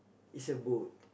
is a boat